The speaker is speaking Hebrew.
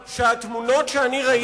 והתמונות שאני ראיתי שם